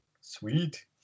Sweet